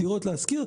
לדירות להשכיר.